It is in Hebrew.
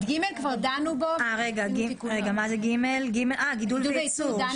בפרק ג' כבר דנו, גידול וייצוא.